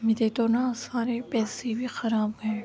میرے تو نا سارے پیسے بھی خراب گئے